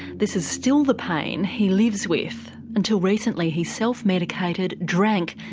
this is still the pain he lives with. until recently he self-medicated, drank,